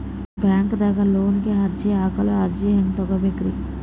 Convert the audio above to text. ಬ್ಯಾಂಕ್ದಾಗ ಲೋನ್ ಗೆ ಅರ್ಜಿ ಹಾಕಲು ಅರ್ಜಿ ಹೆಂಗ್ ತಗೊಬೇಕ್ರಿ?